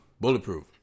Bulletproof